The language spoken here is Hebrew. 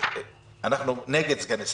אנחנו נגד סגני שרים.